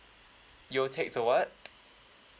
you will take the what